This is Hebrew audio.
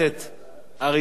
אריה אלדד,